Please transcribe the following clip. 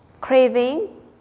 craving